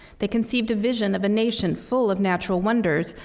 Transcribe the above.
they conceived a vision of a nation full of natural wonders,